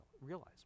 realize